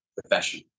profession